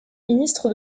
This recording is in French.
ministre